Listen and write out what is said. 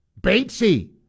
Batesy